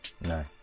No